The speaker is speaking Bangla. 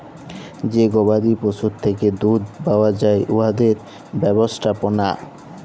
যে গবাদি পশুর থ্যাকে দুহুদ পাউয়া যায় উয়াদের ব্যবস্থাপলা